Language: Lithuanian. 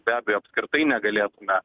be abejo apskritai negalėtume